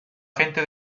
gente